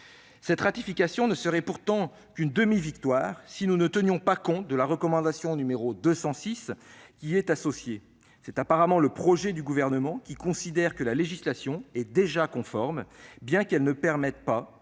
telle ratification ne serait pourtant qu'une demi-victoire si nous ne tenions pas compte de la recommandation n° 206, qui y est associée. C'est apparemment le projet du Gouvernement, qui considère que notre législation y est déjà conforme, bien que celle-ci ne permette pas,